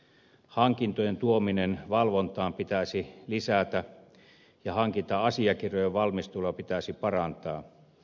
hankintojen tuomista valvontaan pitäisi lisätä ja hankinta asiakirjojen valmistelua pitäisi parantaa